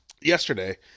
yesterday